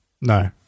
no